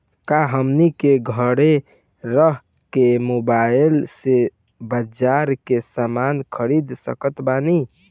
का हमनी के घेरे रह के मोब्बाइल से बाजार के समान खरीद सकत बनी?